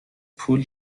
پول